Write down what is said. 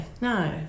No